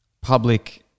public